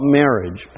marriage